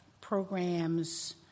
programs